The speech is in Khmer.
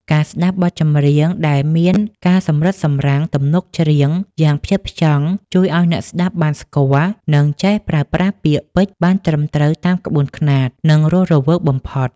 ការស្ដាប់បទចម្រៀងដែលមានការសម្រិតសម្រាំងទំនុកច្រៀងយ៉ាងផ្ចិតផ្ចង់ ជួយឱ្យអ្នកស្ដាប់បានស្គាល់ និងចេះប្រើប្រាស់ពាក្យពេចន៍បានត្រឹមត្រូវតាមក្បួនខ្នាត និងរស់រវើកបំផុត។